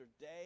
day